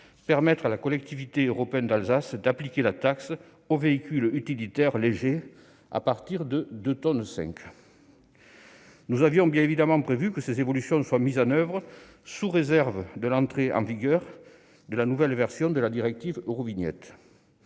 permettre à la Collectivité européenne d'Alsace, d'appliquer la taxe aux véhicules utilitaires légers à partir de 2,5 tonnes. Nous avions bien évidemment prévu que ces évolutions soient mises en oeuvre sous réserve de l'entrée en vigueur de la nouvelle version de la directive Eurovignette.